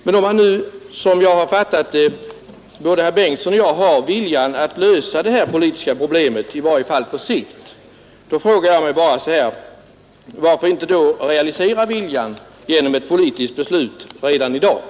Men om nu — som jag har fattat det — både herr Bengtsson och jag har viljan att lösa detta politiska problem, i varje fall på sikt, frågar jag mig bara: Varför inte realisera viljan genom ett politiskt beslut redan i dag?